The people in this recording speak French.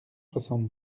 soixante